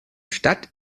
stadt